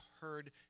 heard